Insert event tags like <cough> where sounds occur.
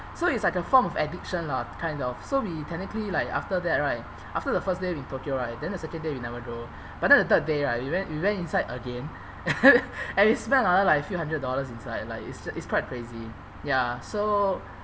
so it's like a form of addiction lah kind of so we technically like after that right after the first day in tokyo right then the second day we never go but then the third day right we went we went inside again <laughs> and we spent another like few hundred dollars inside like it's it's quite crazy ya so